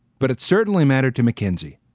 but it certainly mattered to mckinsey.